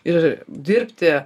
ir dirbti